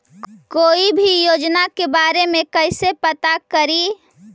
कोई भी योजना के बारे में कैसे पता करिए?